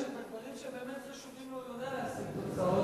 הבעיה שבדברים שבאמת חשובים לו הוא יודע להשיג תוצאות,